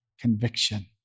conviction